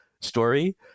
story